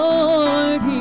Lord